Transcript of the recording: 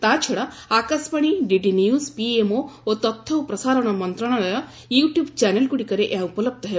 ତାଛଡ଼ା Akashvani DD news PMO ଓ ତଥ୍ୟ ଓ ପ୍ରସାରଣ ମନ୍ତ୍ରଣାଳୟ ୟୁଟୁବ୍ ଚ୍ୟାନେଲ୍ଗୁଡ଼ିକରେ ଏହା ଉପଲବ୍ଧ ହେବ